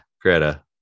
Greta